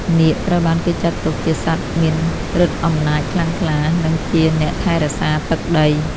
នាគ ត្រូវបានគេចាត់ទុកជាសត្វមានឫទ្ធិអំណាចខ្លាំងក្លា និងជាអ្នកថែរក្សាទឹកដី។